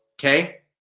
okay